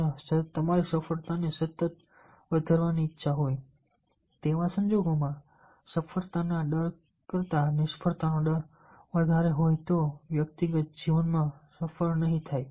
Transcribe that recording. જ્યાં તમારી સફળતાને સતત વધારવાની ઈચ્છા હોય તેવા સંજોગોમાં જો સફળતાના ડર કરતાં નિષ્ફળતાનો ડર વધારે હોય તો વ્યક્તિ જીવનમાં સફળ નહીં થાય